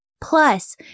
Plus